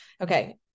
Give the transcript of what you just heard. Okay